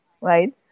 right